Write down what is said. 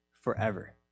forever